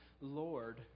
Lord